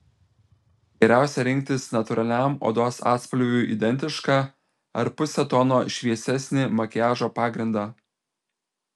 geriausia rinktis natūraliam odos atspalviui identišką ar puse tono šviesesnį makiažo pagrindą